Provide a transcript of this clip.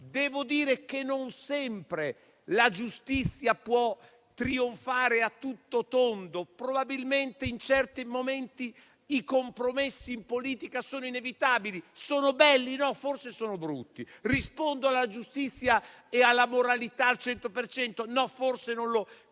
Devo dire che non sempre la giustizia può trionfare a tutto tondo. Probabilmente in certi momenti i compromessi in politica sono inevitabili. Sono belli? No, forse sono brutti. Rispondono alla giustizia e alla moralità al 100 per cento? No, forse non vi